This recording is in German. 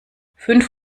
fünf